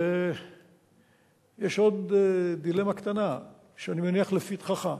ויש עוד דילמה קטנה שאני מניח לפתחך: